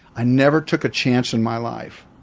i never took a chance in my life.